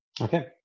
Okay